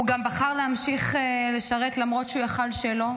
הוא גם בחר להמשיך לשרת למרות שהוא יכול היה שלא.